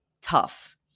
tough